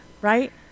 right